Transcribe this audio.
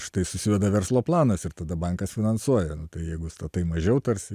štai susiveda verslo planas ir tada bankas finansuoja jeigu statai mažiau tarsi